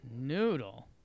noodle